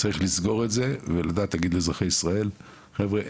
לסגור את זה ולדעת להגיד לאזרחי ישראל חבר'ה,